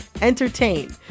entertain